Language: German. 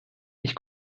ich